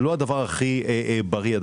זה לא הכי בריא.